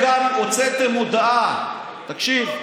וגם אתם הוצאתם הודעה, תקשיב.